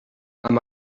amb